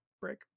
Break